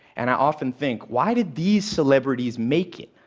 and i often think, why did these celebrities make it?